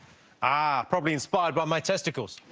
ah probably inspired by my testicles.